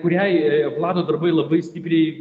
kuriai kūrėjo plano darbai labai stipriai